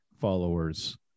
followers